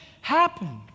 happen